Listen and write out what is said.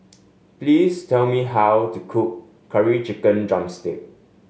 please tell me how to cook Curry Chicken drumstick